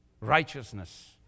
Righteousness